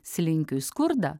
slinkiui skurdą